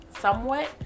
somewhat